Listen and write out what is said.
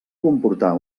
comportar